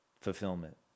fulfillment